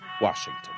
Washington